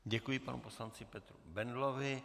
Děkuji panu poslanci Petru Bendlovi.